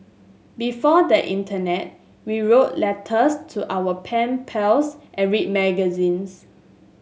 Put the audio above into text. before the internet we wrote letters to our pen pals and read magazines